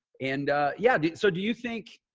and yeah. so do you think,